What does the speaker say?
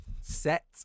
Set